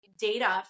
data